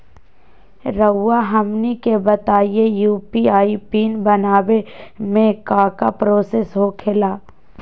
रहुआ हमनी के बताएं यू.पी.आई पिन बनाने में काका प्रोसेस हो खेला?